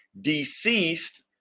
Deceased